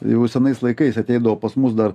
jau senais laikais ateidavo pas mus dar